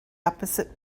opposite